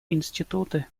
институты